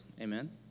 Amen